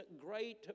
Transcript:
great